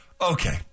Okay